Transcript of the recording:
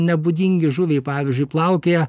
nebūdingi žuviai pavyzdžiui plaukioja